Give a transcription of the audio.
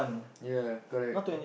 ya correct